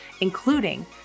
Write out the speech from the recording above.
including